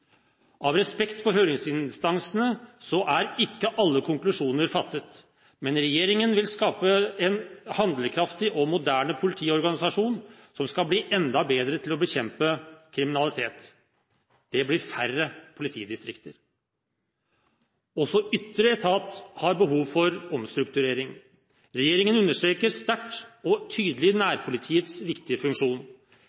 Av respekt for høringsinstansene er ikke alle konklusjoner fattet. Men regjeringen vil skape en handlekraftig og moderne politiorganisasjon som skal bli enda bedre til å bekjempe kriminalitet. Det blir færre politidistrikter. Også ytre etat har behov for omstrukturering. Regjeringen understreker sterkt og tydelig